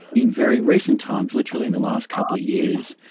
in very recent times, literally in the last couple of years,